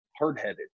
hard-headed